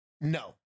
No